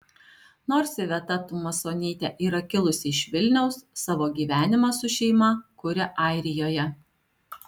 nors iveta tumasonytė yra kilusi iš vilniaus savo gyvenimą su šeima kuria airijoje